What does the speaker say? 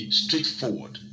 straightforward